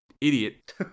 idiot